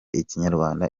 ikinyarwanda